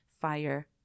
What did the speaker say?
fire